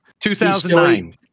2009